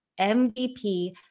MVP